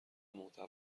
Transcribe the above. محتوا